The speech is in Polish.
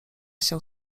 siał